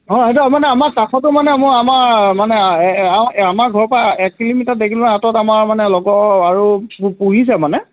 অঁ সেইটো মানে আমাৰ পাছটো মানে মোৰ আমাৰ মানে আমাৰ ঘৰৰ পৰা এক কিলোমিটাৰ দেখিলো আঁতৰত আমাৰ মানে লগৰ আৰু পুহিছে মানে